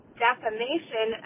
defamation